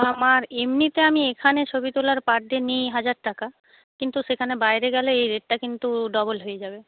আমার এমনিতে আমি এখানে ছবি তোলার পার ডে নিই হাজার টাকা কিন্তু সেখানে বাইরে গেলে এই রেটটা কিন্তু ডবল হয়ে যাবে